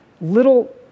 little